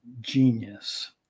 genius